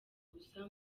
gusa